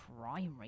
primary